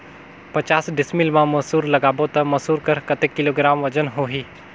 पचास डिसमिल मा मसुर लगाबो ता मसुर कर कतेक किलोग्राम वजन होही?